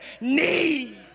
need